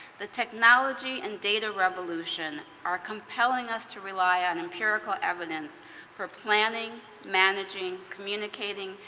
the technology and data revolution are compelling us to rely on empirical evidence for planning, managing, communicating,